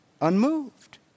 unmoved